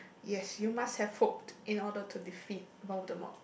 yes you must have hope in order to defeat Voldermot